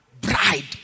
bride